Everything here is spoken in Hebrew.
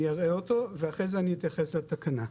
אראה אותו ואחרי כן אתייחס לתקנה.